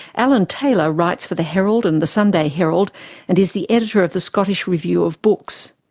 alan taylor writes for the herald and the sunday herald and is the editor of the scottish review of books.